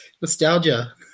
Nostalgia